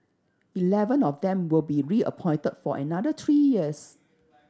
eleven of them will be reappointed for another three years